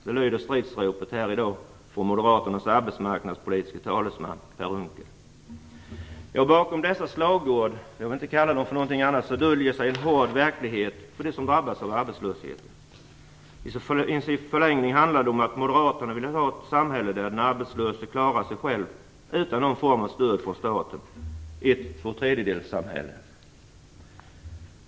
Så lyder stridsropet här i dag från moderaternas arbetsmarknadspolitiske talesman Per Bakom dessa slagord - jag vill inte kalla dem något annat - döljer sig en hård verklighet för dem som drabbas av arbetslöshet. I sin förlängning handlar det om att moderaterna vill ha ett samhälle där den arbetslöse klarar sig själv utan någon form av stöd från staten - ett tvåtredjedelssamhälle.